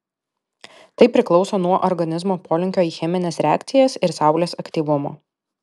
tai priklauso nuo organizmo polinkio į chemines reakcijas ir saulės aktyvumo